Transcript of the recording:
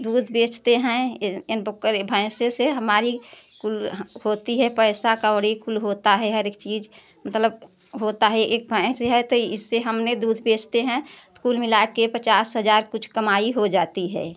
दूध बेचते हैं एन बकरे भैंसे से हमारी कुल होती है पैसा कौड़ी कुल होता है हर एक चीज़ मतलब होता है एक भैंस है तो इससे हमने दूध बेचते हैं तो कुल मिला कर पचास हज़ार कुछ कमाई हो जाती है